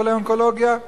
לחולה אונקולוגיה?